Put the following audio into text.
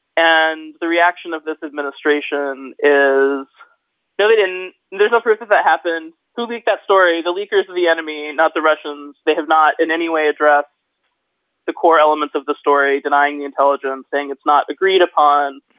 and the reaction of this administration is no good and there's no proof of that happens. who leaked that story? the leakers of the enemy, and not the russians. they have not in any way address the core elements of the story, denying the intelligence, saying it's not agreed upon.